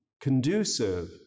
conducive